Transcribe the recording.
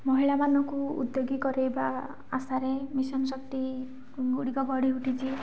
ମହିଳାମାନଙ୍କୁ ଉଦ୍ୟୋଗି କରାଇବା ଆଶାରେ ମିଶନ ଶକ୍ତି ଗୁଡ଼ିକ ଗଢ଼ି ଉଠିଛି